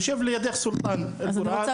יושב לידך סולטן מכסייפה,